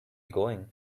going